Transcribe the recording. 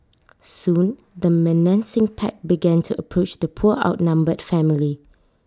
soon the menacing pack began to approach the poor outnumbered family